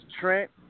Trent